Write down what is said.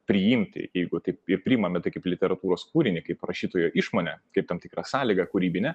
priimti jeigu taip ir priimame tai kaip literatūros kūrinį kaip rašytojo išmonę kaip tam tikrą sąlygą kūrybinę